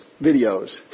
videos